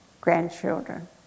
grandchildren